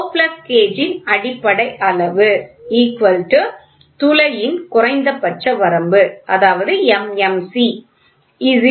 GO plug கேஜின் அடிப்படை அளவு துளை குறைந்தபட்ச வரம்பு M